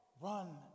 Run